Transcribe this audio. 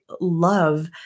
love